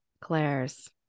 claire's